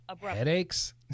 headaches